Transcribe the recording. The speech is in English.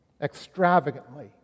extravagantly